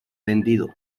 vendido